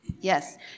Yes